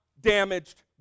damaged